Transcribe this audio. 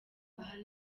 ahana